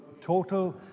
total